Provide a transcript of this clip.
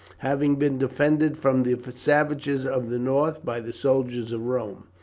having been defended from the savages of the north by the soldiers of rome,